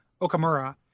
Okamura